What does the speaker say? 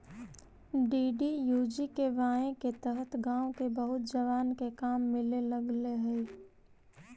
DDUGKY के तहत गाँव के बहुत जवान के काम मिले लगले हई